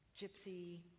gypsy